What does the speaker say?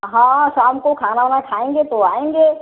हाँ शाम को खाना वाना खाएँगे तो आएँगे